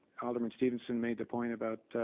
alderman stevenson made the point about,